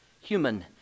human